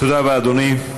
תודה רבה, אדוני.